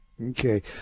Okay